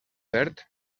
verd